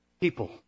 people